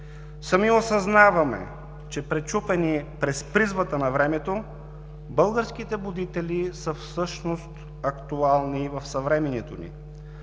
Сами осъзнаваме, че пречупени през призмата на времето, българските будители са всъщност актуални и в съвремието ни.